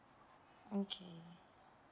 okay